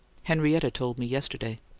henrietta told me yesterday.